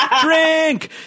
drink